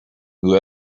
who